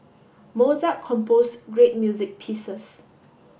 Mozart composed great music pieces